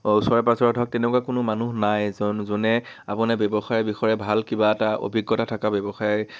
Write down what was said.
ওচৰে পাজৰে ধৰক তেনেকুৱা কোনো মানুহ নাই যোনে আপোনাক ব্যৱসায়ৰ বিষয়ে ভাল কিবা এটা অভিজ্ঞতা থকা ব্যৱসায়